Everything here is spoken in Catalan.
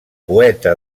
poeta